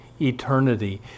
eternity